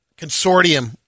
consortium